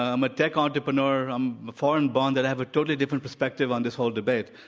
i'm a tech entrepreneur, i'm a foreign, but that i have a totally different perspective on this whole debate.